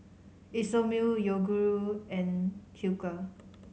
Isomil Yoguru and Hilker